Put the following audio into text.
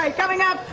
um coming up,